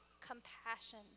compassion